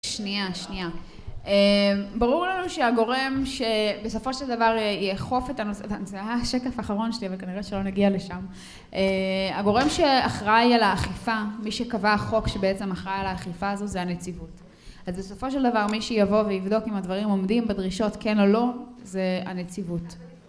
שנייה, שנייה. ברור לנו שהגורם שבסופו של דבר יאכוף את הנושא, זה היה השקף האחרון שלי וכנראה שלא נגיע לשם. הגורם שאחראי על האכיפה, מי שקבע החוק שבעצם אחראי על האכיפה הזו זה הנציבות. אז בסופו של דבר מי שיבוא ויבדוק אם הדברים עומדים בדרישות כן או לא זה הנציבות.